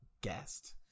guest